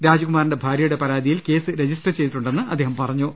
രാജ്കു മാറിന്റെ ഭാര്യയുടെ പരാതിയിൽ കേസ് രജിസ്റ്റർ ചെയ്തിട്ടുണ്ടെന്ന് അദ്ദേഹം പറഞ്ഞു